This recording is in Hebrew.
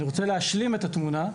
אני רוצה להשלים את התמונה.